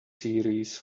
series